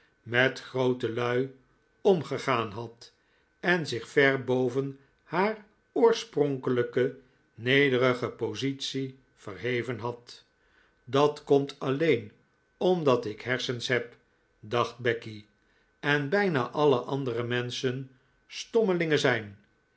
met groote lui omgegaan had en zich ver boven haar oorspronkelijke nederige positie verheven had dat komt alleen omdat ik hersens heb dacht becky en bijna alle andere menschen stommelingen zijn